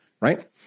right